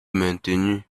maintenu